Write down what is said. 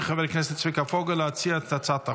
חבר הכנסת צביקה פוגל להציג את הצעת החוק.